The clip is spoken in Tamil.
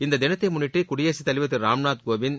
இந்த தினத்தை முன்னிட்டு குடியரசுத்தலைவர் திரு ராம்நாத்கோவிந்த்